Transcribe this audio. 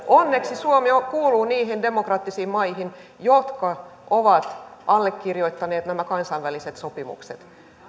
onneksi suomi kuuluu niihin demokraattisiin maihin jotka ovat allekirjoittaneet nämä kansainväliset sopimukset